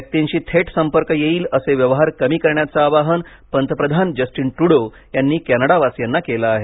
व्यक्तींशी थेट संपर्क येईल असे व्यवहार कमी करण्याचं आवाहन पंतप्रधान जस्टीन त्रूजो यांनी कॅनडावासियांना केलं आहे